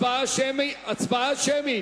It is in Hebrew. הצבעה שמית.